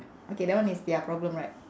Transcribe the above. okay that one is their problem right